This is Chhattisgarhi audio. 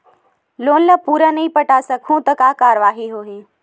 लोन ला पूरा नई पटा सकहुं का कारवाही होही?